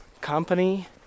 company